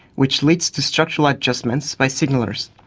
which leads to structural adjustments by signallers,